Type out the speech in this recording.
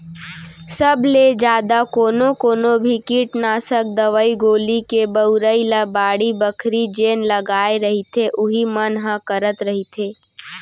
सब ले जादा कोनो कोनो भी कीटनासक दवई गोली के बउरई ल बाड़ी बखरी जेन लगाय रहिथे उही मन ह करत रहिथे